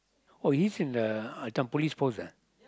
oh he's in the this one Police Post ah